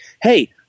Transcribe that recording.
hey